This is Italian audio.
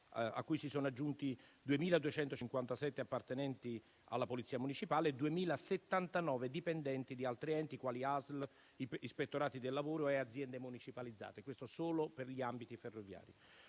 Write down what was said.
cui si sono aggiunti 2.257 appartenenti alla Polizia municipale e 2.079 dipendenti di altri enti, quali ASL, ispettorati del lavoro e aziende municipalizzate: questo solo per gli ambiti ferroviari.